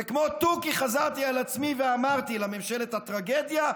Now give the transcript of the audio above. וכמו תוכי חזרתי על עצמי ואמרתי לממשלת הטרגדיה,